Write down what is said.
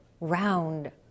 round